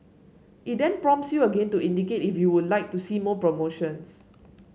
it then prompts you again to indicate if you would like to see more promotions